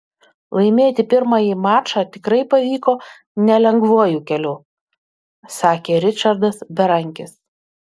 laimėti pirmąjį mačą tikrai pavyko nelengvuoju keliu sakė ričardas berankis